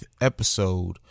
episode